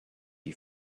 you